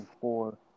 four